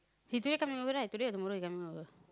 today you coming over right today or tomorrow you coming over